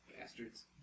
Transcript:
Bastards